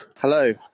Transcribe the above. hello